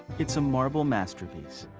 it's a marble masterpiece,